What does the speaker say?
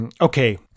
Okay